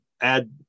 add